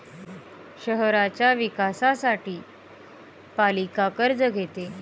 शहराच्या विकासासाठी पालिका कर्ज घेते